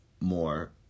more